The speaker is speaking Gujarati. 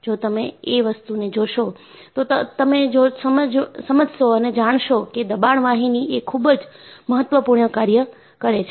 જો તમે એ વસ્તુને જોશો તો તમે સમજશો અને જાણશો કે દબાણ વાહિની એ ખૂબ જ મહત્વપૂર્ણ કાર્ય કરે છે